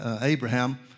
Abraham